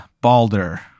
Balder